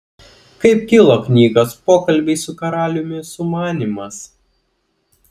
kaip kilo knygos pokalbiai su karaliumi sumanymas